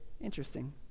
Interesting